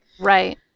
Right